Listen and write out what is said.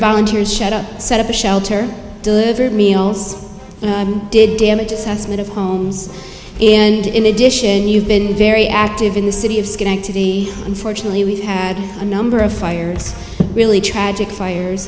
volunteers set up a shelter deliver meals and did damage assessment of homes and in addition you've been very active in the city of schenectady unfortunately we've had a number of fires really tragic